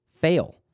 fail